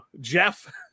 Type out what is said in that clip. Jeff